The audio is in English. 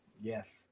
Yes